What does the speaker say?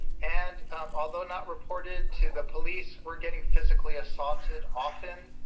and although not reported to the police we're getting physically assaulted often,